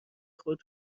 خود